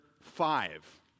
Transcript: five